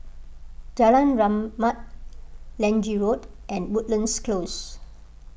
Jalan Rahmat Lange Road and Woodlands Close